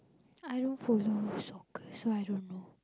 I don't follow soccer so I don't know